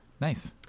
Nice